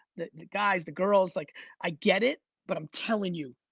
the guys, the girls like i get it. but i'm telling you,